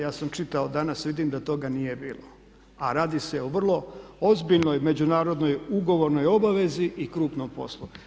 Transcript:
Ja sam čitao danas, vidim da toga nije bilo, a radi se o vrlo ozbiljnoj, međunarodnoj ugovornoj obavezi i krupnom poslu.